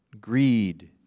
greed